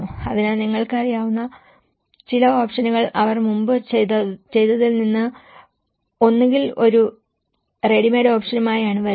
അതിനാൽ നിങ്ങൾക്ക് അറിയാവുന്ന ചില ഓപ്ഷനുകൾ അവർ മുമ്പ് ചെയ്തതിൽ നിന്ന് ഒന്നുകിൽ ഒരു റെഡിമെയ്ഡ് ഓപ്ഷനുമായാണ് വരുന്നത്